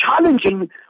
challenging